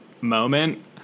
moment